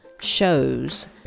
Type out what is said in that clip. shows